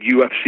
UFC